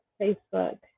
Facebook